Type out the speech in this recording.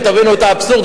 ותבינו את האבסורד,